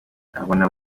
abona